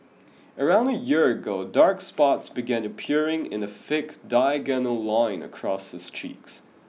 around a year ago dark spots began appearing in a thick diagonal line across his cheeks